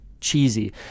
cheesy